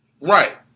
Right